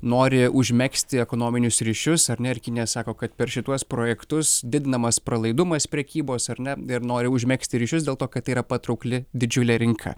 nori užmegzti ekonominius ryšius ar ne ir kinija sako kad per šituos projektus didinamas pralaidumas prekybos ar ne ir nori užmegzti ryšius dėl to kad tai yra patraukli didžiulė rinka